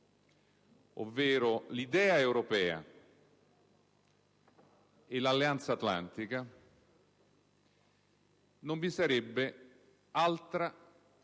ovvero l'idea europea e l'Alleanza atlantica, non vi sarebbe -